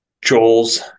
Joel's